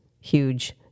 huge